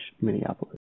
Minneapolis